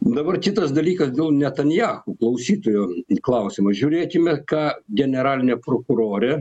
dabar kitas dalykas dėl netanjahu klausytojo į klausimą žiūrėkime ką generalinė prokurorė